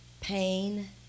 pain